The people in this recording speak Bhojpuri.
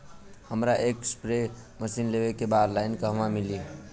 हमरा एक स्प्रे मशीन लेवे के बा ऑनलाइन कहवा मिली?